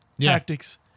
tactics